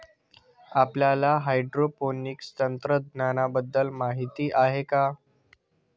आपल्याला हायड्रोपोनिक्स तंत्रज्ञानाबद्दल माहिती आहे का?